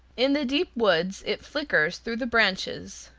in the deep woods it flickers through the branches,